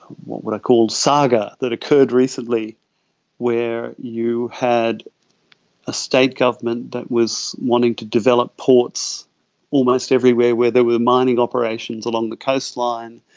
what would i call it, saga that occurred recently where you had a state government that was wanting to develop ports almost everywhere where there were mining operations along the coastline,